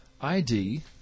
ID